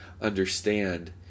understand